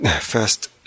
first